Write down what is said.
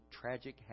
tragic